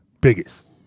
biggest